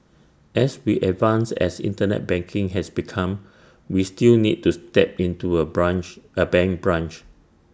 as we advanced as Internet banking has become we still need to step into A branch A bank branch